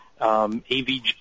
AVG